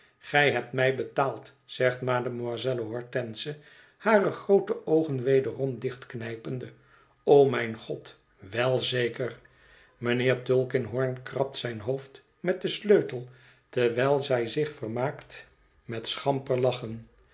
gij hebt mij betaald zegt mademoiselle hortense hare groote oogen wederom dichtknijpende o mijn god wel zeker mijnheer tulkinghorn krabt zijn hoofd met den sleutel terwijl zij zich vermaakt met schamper te lachen